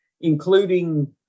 including